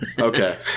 Okay